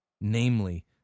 namely